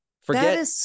Forget